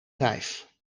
vijf